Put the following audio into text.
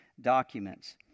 documents